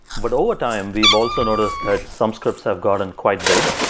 but overtime, we have also noticed that some scripts have gotten quite big.